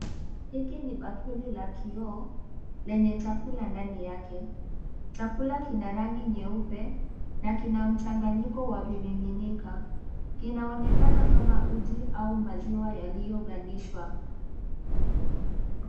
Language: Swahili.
Hiki ni bakuli la kioo lenye chakula ndani yake. Chakula kina rangi nyeupe, na kina mchanganyiko wa vimiminika. Kinaonekana kama uji au maziwa yaliyo gandishwa.